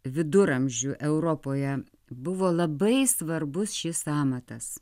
viduramžių europoje buvo labai svarbus šis amatas